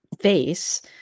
face